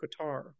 Qatar